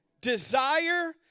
Desire